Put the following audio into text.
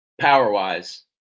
power-wise